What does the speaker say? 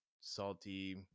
salty